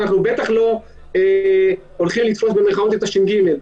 אנחנו בטח לא הולכים לתפוס במירכאות את הש"ג.